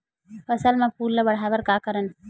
फसल म फूल ल बढ़ाय का करन?